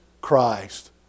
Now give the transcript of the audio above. Christ